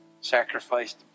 Sacrificed